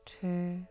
two